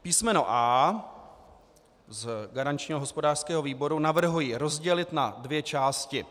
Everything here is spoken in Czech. Písmeno A z garančního hospodářského výboru navrhuji rozdělit na dvě části.